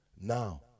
Now